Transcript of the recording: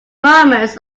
moments